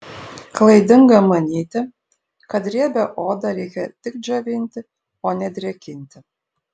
klaidinga manyti kad riebią odą reikia tik džiovinti o ne drėkinti